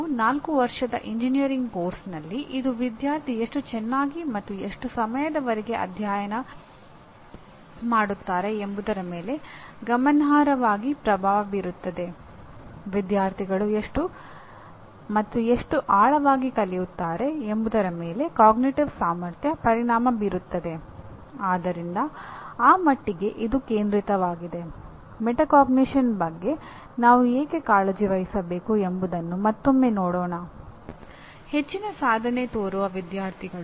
ಆದ್ದರಿಂದ ಆ ಮಟ್ಟಿಗೆ ಇದು ಕೇಂದ್ರಿತವಾಗಿದೆ